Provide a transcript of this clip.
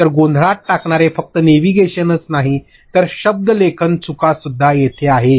तर गोंधळात टाकणारे फक्त नेव्हिगेशनच नाही तर शब्दलेखन चुका सुद्धा येथे आहेत